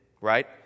right